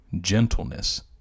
gentleness